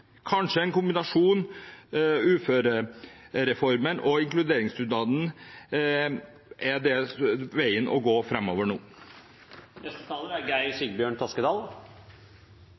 kanskje en kombinasjon. Uførereformen og inkluderingsdugnaden er veien å gå framover nå. Et velfungerende arbeidsmarked er